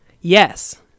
Yes